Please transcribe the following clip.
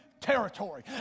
territory